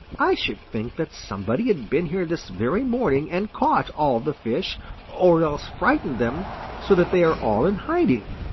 i should think that somebody had been here this very morning and caught all the fish or else frightened them so that they are all in hiding,